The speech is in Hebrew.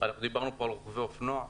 דיברנו פה על רוכבי אופנוע,